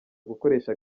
gukoresha